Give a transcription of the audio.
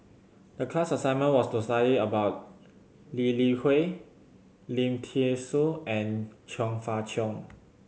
the class assignment was to study about Lee Li Hui Lim Thean Soo and Chong Fah Cheong